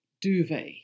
duvet